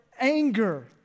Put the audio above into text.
anger